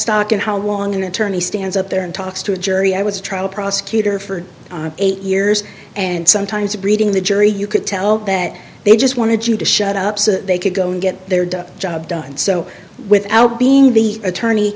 stock in how long an attorney stands up there and talks to a jury i was trying to prosecutor for eight years and sometimes reading the jury you could tell that they just wanted you to shut up so that they could go and get their ducks job done so without being the attorney